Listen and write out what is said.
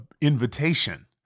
invitation